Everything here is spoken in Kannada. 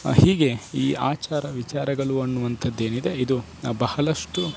ಹೀಗೆ ಈ ಆಚಾರ ವಿಚಾರಗಳು ಅನ್ನುವಂತದ್ದೇನಿದೆ ಇದು ಬಹಳಷ್ಟು